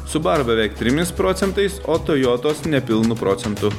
subaru beveik trimis procentais o toyotos nepilnu procentu